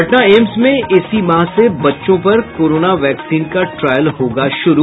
Patna AIIMS में इसी माह से बच्चों पर कोरोना वैक्सीन का ट्रायल होगा शुरू